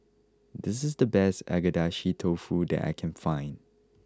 this is the best Agedashi Dofu that I can find